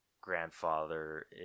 grandfather